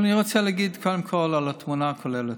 אבל קודם כול אני רוצה להגיד על התמונה הכוללת.